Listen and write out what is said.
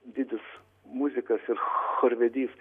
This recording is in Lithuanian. didis muzikas ir chorvedys